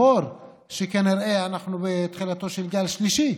כנראה אנחנו בתחילתו של גל שלישי.